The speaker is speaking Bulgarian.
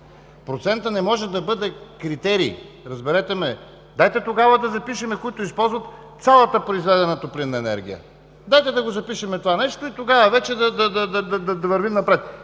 Процентът не може да бъде критерий, разберете ме. Дайте тогава да запишем: „които използват цялата произведена топлинна енергия“. Дайте да го запишем това нещо и тогава вече да вървим напред.